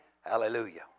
Hallelujah